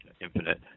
infinite